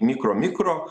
mikro mikro